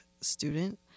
student